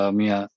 mia